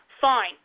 fine